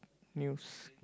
news